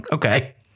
Okay